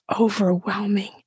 overwhelming